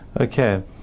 Okay